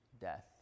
death